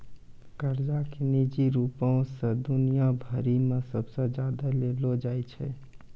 कर्जा के निजी रूपो से दुनिया भरि मे सबसे ज्यादा लेलो जाय छै